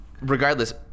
Regardless